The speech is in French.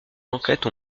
d’enquête